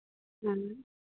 हँ